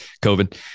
COVID